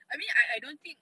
I mean I I don't think